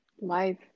life